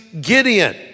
Gideon